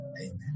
Amen